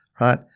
right